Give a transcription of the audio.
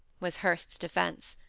was hurst's defence.